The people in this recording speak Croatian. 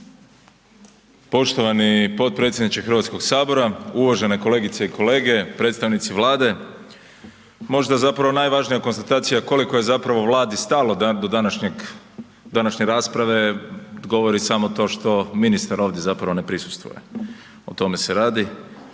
Poštovani potpredsjedniče HS, uvažene kolegice i kolege, predstavnici Vlade, možda najvažnija konstatacija koliko je zapravo Vladi stalo do današnje rasprave, govori samo to što ministar ovdje zapravo ne prisustvuje, o tome se radi,